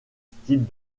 styles